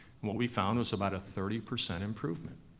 what we found was about a thirty percent improvement.